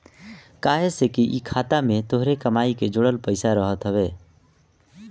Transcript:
काहे से कि इ खाता में तोहरे कमाई के जोड़ल पईसा रहत हवे